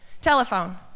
telephone